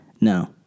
No